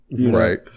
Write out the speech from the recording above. Right